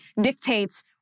dictates